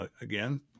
Again